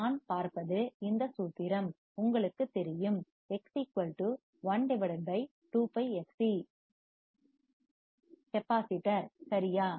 நான் பார்ப்பது இந்த சூத்திரம் உங்களுக்கு தெரியும் X 12 Π fc மின்தேக்கி கெப்பாசிட்டர் சரியா